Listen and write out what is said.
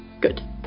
Good